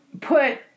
put